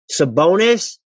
Sabonis